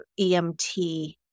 EMT